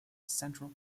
central